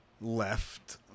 left